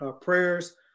prayers